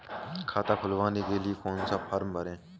खाता खुलवाने के लिए कौन सा फॉर्म भरें?